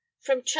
From